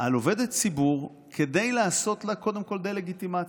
על עובדת ציבור כדי לעשות לה קודם כול דה-לגיטימציה,